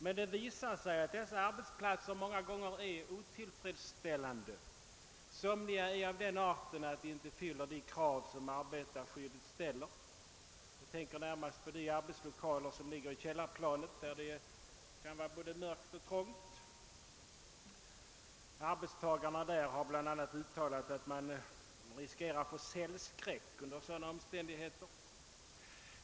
Men det visar sig att arbetsplatserna många gånger är otillfredsställande. Somliga är av den arten att de inte fyller de krav som arbetarskyddet ställer — jag tänker då närmast på de arbetslokaler som ligger i källarplanet och där det kan vara både mörkt och trångt. Arbetstagare har bl.a. uttalat att de riskerar att få cellskräck i dessa lokaler.